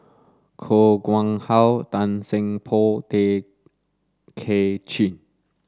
Koh Nguang How Tan Seng Poh Tay Kay Chin